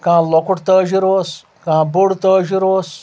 کانٛہہ لۄکُٹ تٲجِر اوس کانٛہہ بوٚڑ تٲجِر اوس